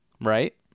Right